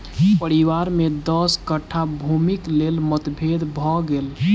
परिवार में दस कट्ठा भूमिक लेल मतभेद भ गेल